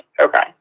okay